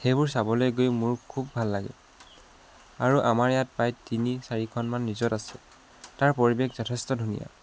সেইবোৰ চাবলৈ গৈ মোৰ খুব ভাল লাগে আৰু আমাৰ ইয়াত প্ৰায় তিনি চাৰিখনমান ৰিজৰ্ট আছে তাৰ পৰিৱেশ যথেষ্ট ধুনীয়া